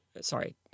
sorry